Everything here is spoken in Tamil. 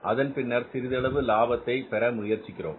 அதன் பின்னர் சிறிதளவு லாபத்தை பெற முயற்சிக்கிறோம்